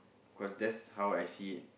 cause that's how I see it